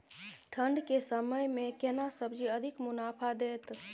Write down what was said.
ठंढ के समय मे केना सब्जी अधिक मुनाफा दैत?